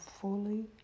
fully